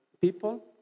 people